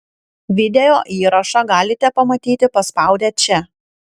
video įrašą galite pamatyti paspaudę čia